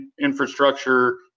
infrastructure